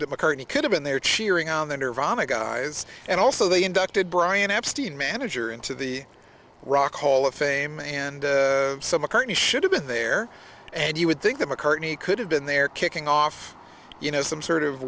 that mccartney could have been there cheering on the nirvana guys and also they inducted brian epstein manager into the rock hall of fame and some a kearny should have been there and you would think that mccartney could have been there kicking off you know some sort of